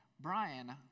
Brian